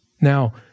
Now